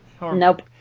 Nope